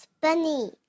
bunny